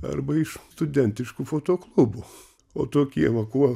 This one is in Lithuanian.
arba iš studentiškų fotoklubų o tokie va kuo